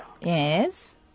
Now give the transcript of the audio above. Yes